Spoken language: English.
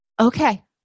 Okay